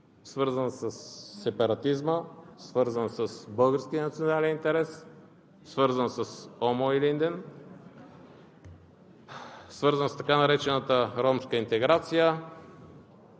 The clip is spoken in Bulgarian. свързан със сепаратизма, свързан с българския национален интерес, свързан с ОМО „Илинден“, свързан с така наречената ромска интеграция,